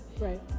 right